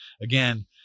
again